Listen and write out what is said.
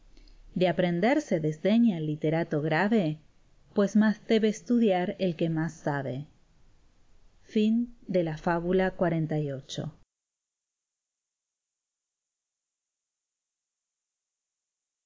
de aprender se desdeña el literato grave pues más debe estudiar el que más sabe fábula xlix